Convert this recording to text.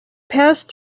passed